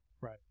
right